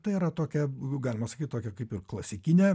tai yra tokia galima sakyt tokia kaip ir klasikinė